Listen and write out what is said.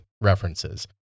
references